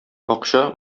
акча